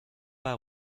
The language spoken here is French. pas